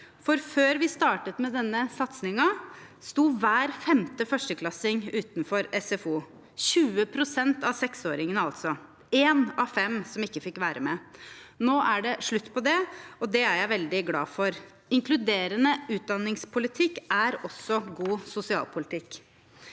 Før vi startet med denne satsingen, sto hver femte førsteklassing utenfor SFO, altså 20 pst. av seksåringene. Det var én av fem som ikke fikk være med. Nå er det slutt på det, og det er jeg veldig glad for. Inkluderende utdanningspolitikk er også god sosialpolitikk.